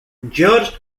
george